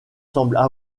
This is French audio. semblent